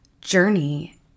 journey